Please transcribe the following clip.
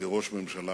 כראש הממשלה,